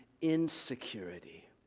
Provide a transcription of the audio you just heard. insecurity